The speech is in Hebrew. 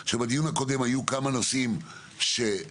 שבדיון הקודם היו כמה נושאים שעלו,